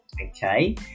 okay